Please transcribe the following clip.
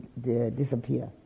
disappear